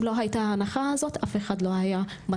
לא היית ההנחה הזאת אף אחד לא היה משלם.